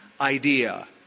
idea